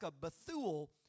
Bethuel